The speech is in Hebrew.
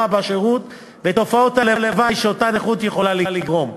בשירות ותופעות הלוואי שאותה נכות יכולה לגרום,